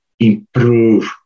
improve